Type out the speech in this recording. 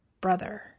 brother